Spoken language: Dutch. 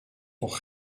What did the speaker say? toch